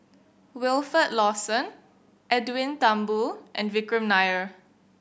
Wilfed Lawson Edwin Thumboo and Vikram Nair